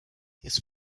his